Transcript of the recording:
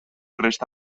resta